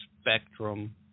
spectrum